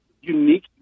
unique